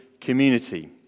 community